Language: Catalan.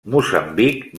moçambic